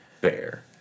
fair